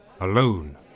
alone